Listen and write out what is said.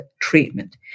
treatment